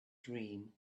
dream